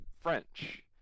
French